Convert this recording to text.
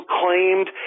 claimed